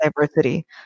diversity